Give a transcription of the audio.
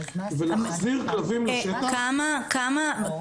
ולהחזיר כלבים לשטח --- מה הייתה